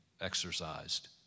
exercised